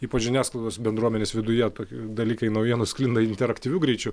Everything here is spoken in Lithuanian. ypač žiniasklaidos bendruomenės viduje tokie dalykai naujienos sklinda interaktyviu greičiu